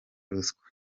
ruswa